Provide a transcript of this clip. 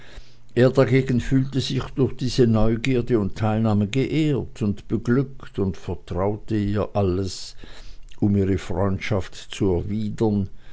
er dagegen fühlte sich durch diese neugierde und teilnahme geehrt und beglückt und vertraute ihr alles um ihre freundschaft zu erwidern